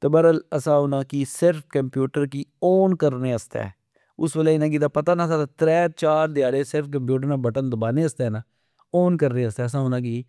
تہ برل اسا انا کی صرف کمپیوٹر کی اون کرنے آستہ اس ویلہ انا کی پتا نا سا تہ ترہ چار دیاڑے صرف کمپیوٹر نا بٹن دبانے آستہ اون کرنے آستہ اسا انا کی